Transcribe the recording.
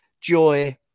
joy